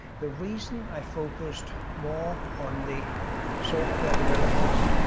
the reason i focused more on the software developers